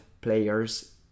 players